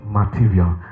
material